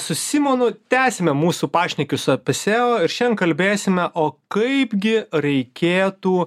su simonu tęsiame mūsų pašnekesius apie seo ir šiandien kalbėsime o kaipgi reikėtų